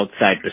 outside